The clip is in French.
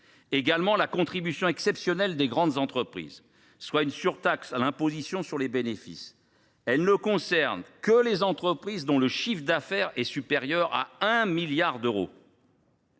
que la contribution exceptionnelle sur les bénéfices des grandes entreprises, soit une surtaxe à l’imposition sur les bénéfices, qui ne concerne que les entreprises dont le chiffre d’affaires est supérieur à 1 milliard d’euros